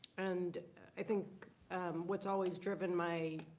and i think what's always driven my